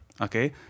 okay